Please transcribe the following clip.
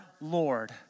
Lord